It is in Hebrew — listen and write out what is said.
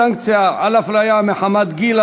סנקציה על הפליה מחמת גיל),